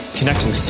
connecting